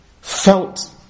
felt